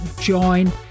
join